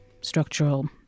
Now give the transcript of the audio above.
structural